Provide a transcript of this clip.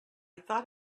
thought